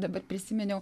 dabar prisiminiau